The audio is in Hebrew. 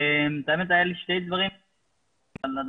האמת שהיו לי שני דברים להגיד אבל אני